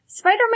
Spider-Man